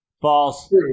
False